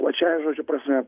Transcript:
plačiąja žodžio prasme